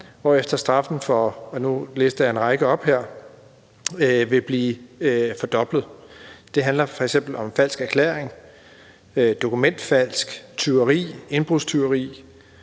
hvorefter straffen for en række lovovertrædelser, som jeg læser op her, vil blive fordoblet: Det handler f.eks. om falsk erklæring, dokumentfalsk, tyveri, indbrudstyveri,